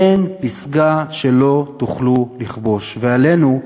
אין פסגה שלא תוכלו לכבוש, ועלינו,